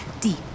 deep